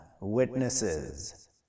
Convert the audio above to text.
witnesses